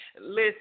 Listen